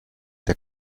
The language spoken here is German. der